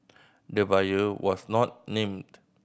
the buyer was not named